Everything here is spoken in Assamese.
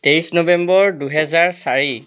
তেইশ নৱেম্বৰ দুহেজাৰ চাৰি